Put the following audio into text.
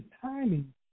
timing